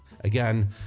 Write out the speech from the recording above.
again